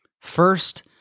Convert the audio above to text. First